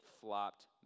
flopped